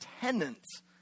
tenants